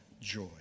joy